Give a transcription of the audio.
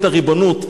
הריבונות,